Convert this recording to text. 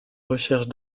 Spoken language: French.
recherche